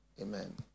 Amen